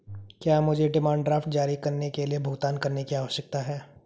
क्या मुझे demand draft जारी करने के लिए भुगतान करने की आवश्यकता है?